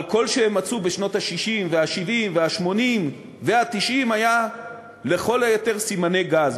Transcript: אבל כל שהן מצאו בשנות ה-60 וה-70 וה-80 וה-90 היה לכל היותר סימני גז,